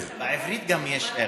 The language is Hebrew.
בעברית גם יש ר'.